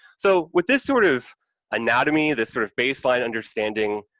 so, with this sort of anatomy, this sort of baseline understanding,